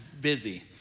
busy